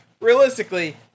realistically